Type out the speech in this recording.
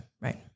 right